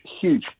huge